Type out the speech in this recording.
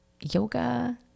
yoga